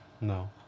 No